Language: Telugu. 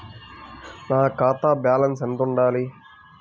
నా ఖాతా బ్యాలెన్స్ ఎంత ఉండాలి?